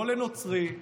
לא לנוצרי,